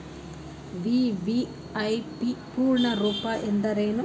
VVIP ಪೂರ್ಣ ರೂಪ ಎಂದರೇನು?